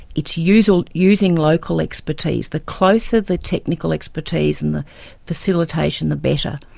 it's using using local expertise. the closer the technical expertise and the facilitation, the better.